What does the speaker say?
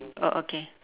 oh okay